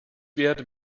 werde